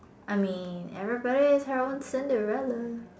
I mean everybody is their own Cinderella